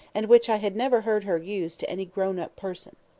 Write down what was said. and which i had never heard her use to any grown-up person.